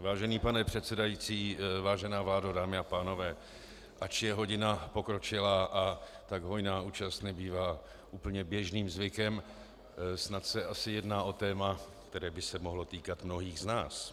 Vážený pane předsedající, vážená vládo, dámy a pánové, ač je hodina pokročilá a tak hojná účast nebývá úplně běžným zvykem, snad se asi jedná o téma, které by se mohlo týkat mnohých z nás.